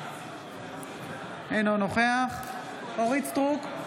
אינו נוכח אורית מלכה סטרוק,